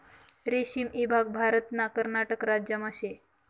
रेशीम ईभाग भारतना कर्नाटक राज्यमा शे